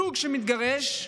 זוג מתגרש,